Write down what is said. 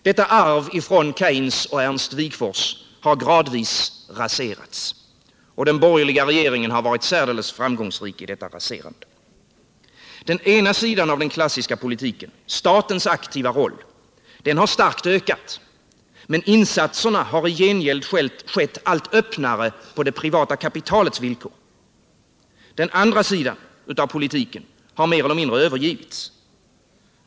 Detta arv från Keynes och Ernst Wigforss har gradvis raserats, och den borgerliga regeringen har varit särdeles framgångsrik i detta raserande. Den ena sidan av den klassiska politiken, statens aktiva roll, har starkt ökat, men insatserna har i gengäld skett allt öppnare på det privata kapitalets villkor. Den andra sidan av politiken har mer eller mindre övergivits.